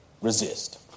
resist